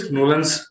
Nolan's